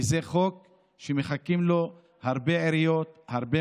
כי זה חוק שמחכות לו הרבה עיריות והרבה